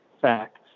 facts